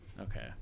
Okay